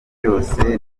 yose